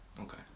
Okay